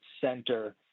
center